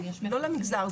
לא למגזר,